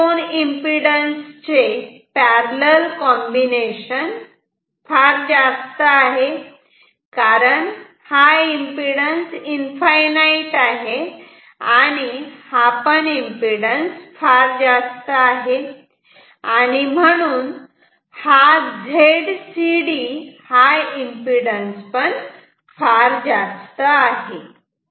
हे दोन एमपीडन्स चे पॅरलल कॉम्बिनेशन जास्त आहे कारण हा एमपीडन्स इनफाईनाईट आहे आणि हा एमपीडन्स पण जास्त आहे आणि म्हणून Zcd हा एमपीडन्स जास्त आहे